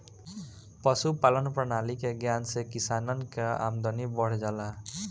पशुपालान प्रणाली के ज्ञान से किसानन कअ आमदनी बढ़ जाला